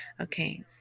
Okay